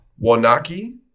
Wanaki